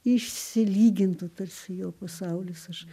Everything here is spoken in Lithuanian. išsilygintų tarsi jo pasaulis aš